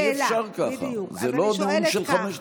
אי-אפשר ככה, זה לא נאום של חמש דקות.